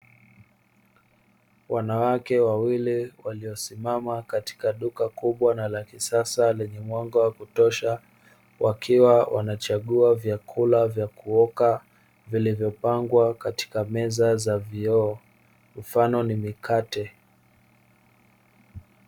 Wanawake wawili waliosimama katika duka kubwa na la kisasa lenye mwanga wa kutosha, wakiwa wanachagua vyakula vya kuoka vilivyopangwa katika meza za vioo, mfano ni mikate.